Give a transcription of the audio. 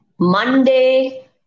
Monday